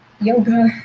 yoga